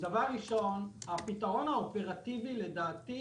הפתרון האופרטיבי לדעתי